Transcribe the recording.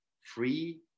free